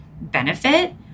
benefit